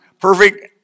perfect